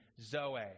Zoe